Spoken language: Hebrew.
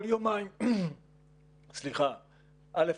א',